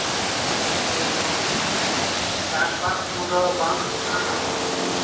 ᱚ ᱟᱯᱮ ᱥᱮᱫ ᱫᱚ ᱪᱟᱥᱵᱟᱥ ᱠᱚᱫᱚ ᱵᱟᱝ ᱦᱩᱭᱩᱜ ᱠᱟᱱᱟ ᱛᱚᱵᱮ